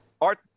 art